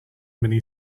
many